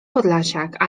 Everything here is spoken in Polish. podlasiak